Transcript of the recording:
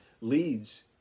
leads